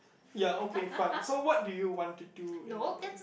ya okay fine so what do you want to do in lifr